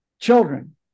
children